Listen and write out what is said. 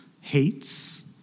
hates